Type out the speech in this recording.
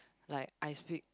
like I speak